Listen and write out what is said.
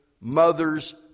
Mothers